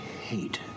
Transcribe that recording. hate